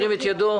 ירים את ידו.